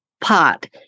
pot